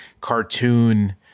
cartoon